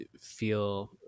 feel